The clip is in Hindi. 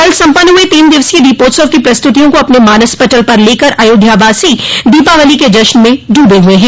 कल सम्पन्न हुए तीन दिवसीय दीपोत्सव की प्रस्तुतियों को अपने मानस पटल पर लेकर अयोध्यावासी दीपावली के जश्न में डूबे हुए हैं